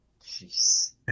Jeez